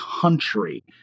country